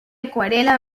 acuarela